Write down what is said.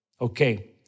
Okay